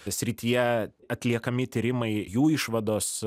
srityje atliekami tyrimai jų išvados